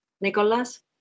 Nicolas